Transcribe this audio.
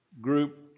group